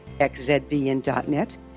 xzbn.net